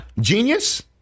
Genius